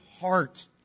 heart